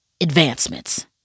advancements